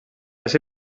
ese